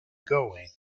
going